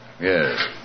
Yes